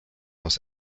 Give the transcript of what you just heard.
los